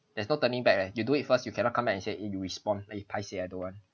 there's no turning back eh you do it first you cannot come back and say eh paiseh I don't want